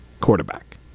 quarterback